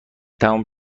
تموم